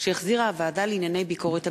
שהחזירה הוועדה לענייני ביקורת המדינה.